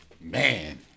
man